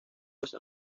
esa